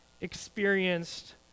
experienced